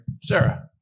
Sarah